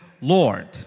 Lord